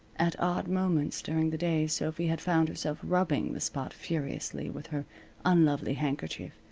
at odd moments during the day sophy had found herself rubbing the spot furiously with her unlovely handkerchief,